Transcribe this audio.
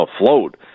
afloat